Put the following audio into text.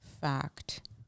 fact